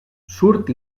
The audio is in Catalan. surt